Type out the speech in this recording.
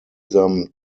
them